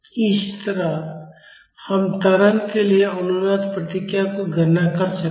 इसी तरह हम त्वरण के लिए अनुनाद प्रतिक्रिया की गणना कर सकते हैं